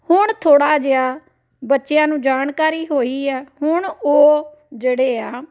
ਹੁਣ ਥੋੜ੍ਹਾ ਜਿਹਾ ਬੱਚਿਆਂ ਨੂੰ ਜਾਣਕਾਰੀ ਹੋਈ ਆ ਹੁਣ ਉਹ ਜਿਹੜੇ ਆ